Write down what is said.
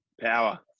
Power